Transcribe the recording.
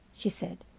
she said,